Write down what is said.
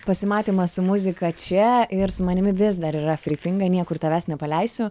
pasimatymas su muzika čia ir su manimi vis dar yra frį finga niekur tavęs nepaleisiu